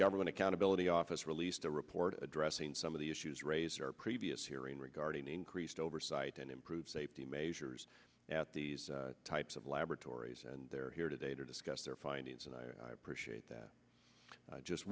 government accountability office released a report addressing some of the issues raised our previous hearing regarding increased oversight and improved safety measures at these types of laboratories and they're here today to discuss their findings and i appreciate that just